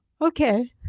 okay